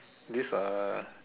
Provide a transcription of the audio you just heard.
this uh